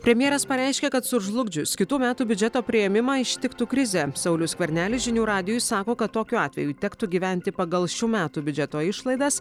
premjeras pareiškė kad sužlugdžius kitų metų biudžeto priėmimą ištiktų krizė saulius skvernelis žinių radijui sako kad tokiu atveju tektų gyventi pagal šių metų biudžeto išlaidas